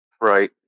Right